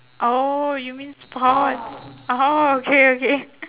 oh you mean sports orh okay okay